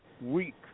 week